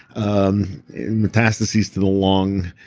um metastasis to the long.